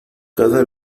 cada